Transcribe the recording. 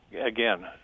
again